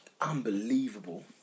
Unbelievable